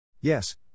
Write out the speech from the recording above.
Yes